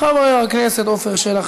חברת הכנסת תמר זנדברג,